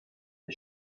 for